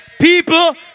People